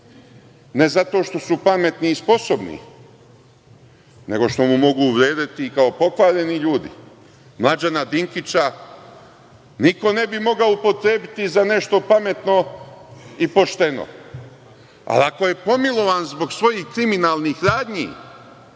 ne zato što su pametni i sposobni, nego što mu mogu vredeti kao pokvareni ljudi. Mlađana Dinkića niko ne bi mogao upotrebiti za nešto pametno i pošteno, ali ako je pomilovan zbog svojih kriminalnih radnji,